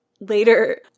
Later